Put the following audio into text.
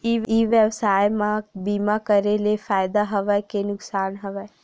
ई व्यवसाय म बीमा करे ले फ़ायदा हवय के नुकसान हवय?